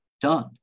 done